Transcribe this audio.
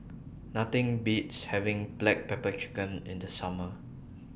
Nothing Beats having Black Pepper Chicken in The Summer